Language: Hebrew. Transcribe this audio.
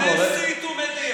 שנייה, מסית ומדיח.